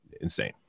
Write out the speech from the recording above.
insane